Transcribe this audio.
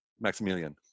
Maximilian